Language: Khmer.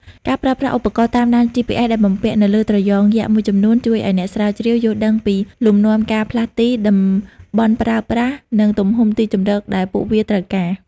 ការប្រើប្រាស់ឧបករណ៍តាមដាន GPS ដែលបំពាក់នៅលើត្រយងយក្សមួយចំនួន ជួយឲ្យអ្នកស្រាវជ្រាវយល់ដឹងពីលំនាំការផ្លាស់ទី តំបន់ប្រើប្រាស់ និងទំហំទីជម្រកដែលពួកវាត្រូវការ។